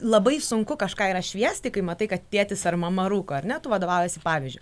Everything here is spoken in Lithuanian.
labai sunku kažką yra šviesti kai matai kad tėtis ar mama rūko ar ne tu vadovaujiesi pavyzdžiui